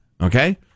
okay